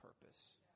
purpose